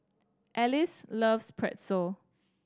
Alice loves Pretzel